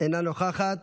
אינה נוכחת.